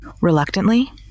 Reluctantly